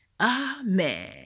Amen